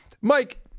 Mike